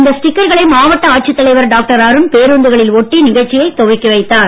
இந்த ஸ்டிக்கர்களை மாவட்ட ஆட்சித் தலைவர் டாக்டர் அருண் பேருந்துகளில் ஒட்டி நிகழ்ச்சியை துவக்கி வைத்தார்